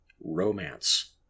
Romance